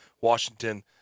Washington